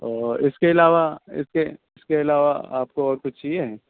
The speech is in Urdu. اور اس کے علاوہ اس کے اس کے علاوہ آپ کو اور کچھ چاہیے ہے